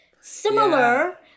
similar